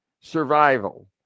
survival